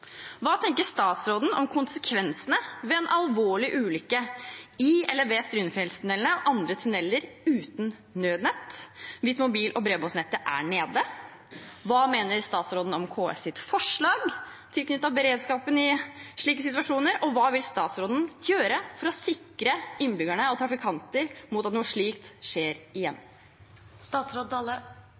Hva tenker statsråden om konsekvensene ved en alvorlig ulykke i eller ved Strynefjellstunnelene og andre tunneler uten nødnett, hvis mobil- og bredbåndsnettet er nede? Hva mener statsråden om KS’ forslag tilknyttet beredskapen i slike situasjoner? Og hva vil statsråden gjøre for å sikre innbyggerne og trafikanter mot at noe slikt skjer